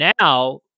Now